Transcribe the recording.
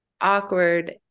awkward